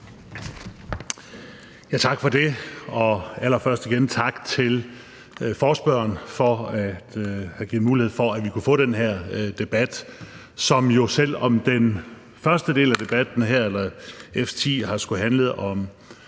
Tak for det. Allerførst igen tak til forespørgerne for at give mulighed for, at vi kunne få den her debat. Selv om debatten i F 10 skulle handle om